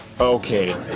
okay